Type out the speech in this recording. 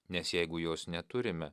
nes jeigu jos neturime